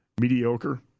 mediocre